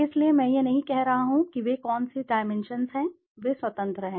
इसलिए मैं यह नहीं कह रहा हूं कि वे कौन से डाइमेंशन्स हैं वे स्वतंत्र हैं